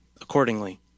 accordingly